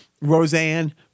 Roseanne